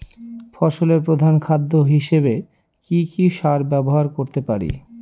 ফসলের প্রধান খাদ্য হিসেবে কি কি সার ব্যবহার করতে পারি?